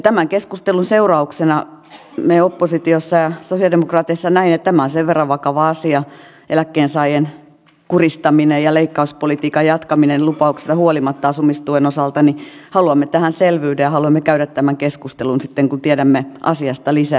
tämän keskustelun seurauksena me oppositiossa ja sosialidemokraateissa näimme että tämä on sen verran vakava asia eläkkeensaajien kuristaminen ja leikkauspolitiikan jatkaminen lupauksista huolimatta asumistuen osalta että haluamme tähän selvyyden ja haluamme käydä tämän keskustelun sitten kun tiedämme asiasta lisää